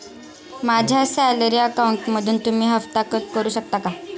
माझ्या सॅलरी अकाउंटमधून तुम्ही हफ्ता कट करू शकता का?